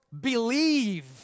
believe